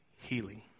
healing